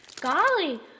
Golly